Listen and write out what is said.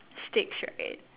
sticks right